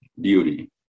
beauty